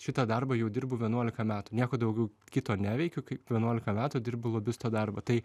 šitą darbą jau dirbu vienuolika metų nieko daugiau kito neveikiu kaip vienuolika metų dirbu lobisto darbą tai